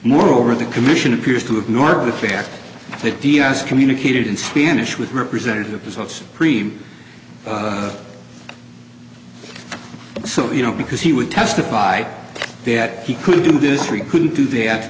moreover the commission appears to have nor the fact that d s communicated in spanish with representatives of cream so you know because he would testify that he couldn't do this or you couldn't do that